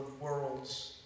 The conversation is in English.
world's